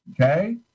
Okay